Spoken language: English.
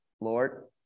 Lord